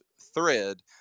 thread